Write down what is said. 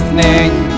name